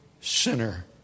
sinner